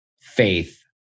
faith